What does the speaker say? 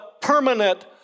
permanent